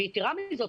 ויתרה מזאת,